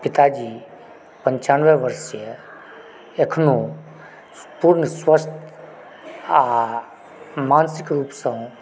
पिताजी पंचानवे वर्ष यऽ एखनो पूर्ण स्वस्थ आ मानसिक रूपसँ